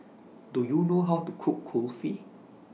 Do YOU know How to Cook Kulfi